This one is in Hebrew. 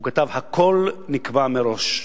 הוא כתב: "הכול נקבע מראש,